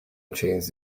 chains